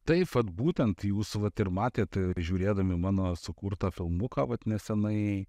taip vat būtent jūs vat ir matėt žiūrėdami mano sukurtą filmuką vat nesenai